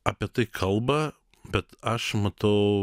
apie tai kalba bet aš matau